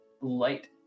light